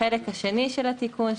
החלק השני של התיקון,